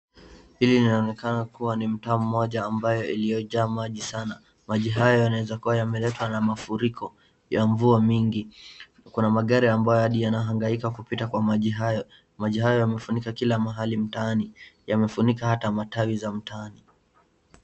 Hii inaonekana kuwa ni mtaa moja ambaye iloyojaa maji sana. Maji haya yanaweza kuwa yameletwa na mafuriko ya mvua nyingi kuna magari ambayo hadi yana hangaika kupita kwa maji hayo. Maji hayo yamefunika kila mahali mtaani yamefunika hata matawi za mtaani.